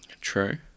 True